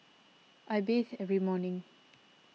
I bathe every morning